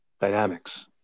dynamics